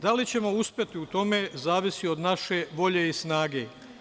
Da li ćemo uspeti u tome, zavisi od naše volje i snage.